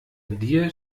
dir